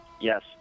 Yes